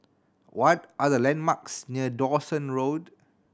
what are the landmarks near Dawson Road